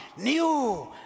new